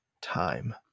time